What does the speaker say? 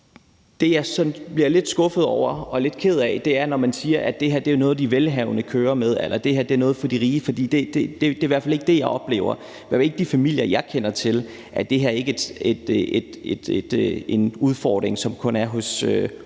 Det, jeg så bliver lidt skuffet over og er lidt ked af, er, når man siger, at det her jo er noget, de velhavende kører med, a la det her er noget for de rige, for det er i hvert fald ikke det, jeg oplever. Det er ikke en udfordring, der kun er hos dem, i hvert fald i forhold